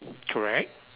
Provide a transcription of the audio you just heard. correct